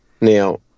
Now